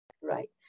right